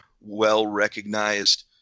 well-recognized